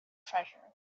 treasure